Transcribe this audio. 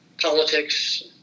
politics